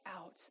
out